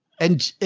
and,